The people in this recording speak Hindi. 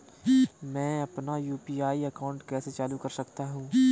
मैं अपना यू.पी.आई अकाउंट कैसे चालू कर सकता हूँ?